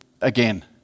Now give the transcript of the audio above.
again